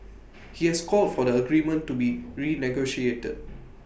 he has called for the agreement to be renegotiated